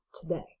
today